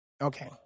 Okay